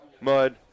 mud